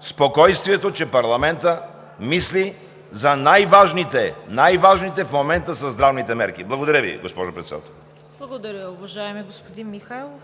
спокойствието, че парламентът мисли за най-важните… Най важните в момента са здравните мерки! Благодаря Ви, госпожо Председател. ПРЕДСЕДАТЕЛ ЦВЕТА КАРАЯНЧЕВА: Благодаря, уважаеми господин Михайлов.